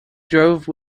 drove